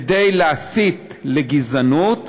כדי להסית לגזענות,